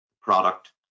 product